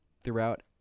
throughout